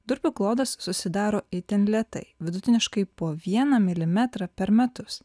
durpių klodas susidaro itin lėtai vidutiniškai po vieną milimetrą per metus